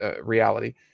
reality